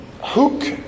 hook